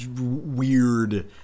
weird